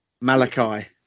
Malachi